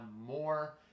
more